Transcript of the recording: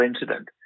incident